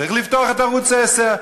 צריך לפתוח את ערוץ 10,